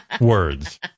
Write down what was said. words